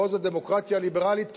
מעוז הדמוקרטיה הליברלית,